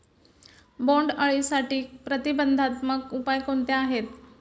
बोंडअळीसाठी प्रतिबंधात्मक उपाय कोणते आहेत?